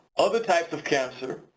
other types of cancer,